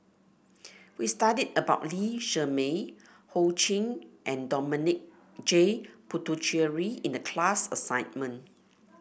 we studied about Lee Shermay Ho Ching and Dominic J Puthucheary in the class assignment